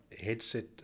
headset